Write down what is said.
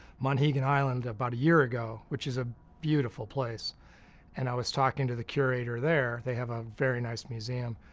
monhegan island about a year ago which is a beautiful place and i was talking to the curator there. they have a very nice museum.